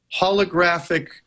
holographic